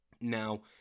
Now